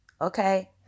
Okay